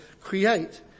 create